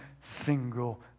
single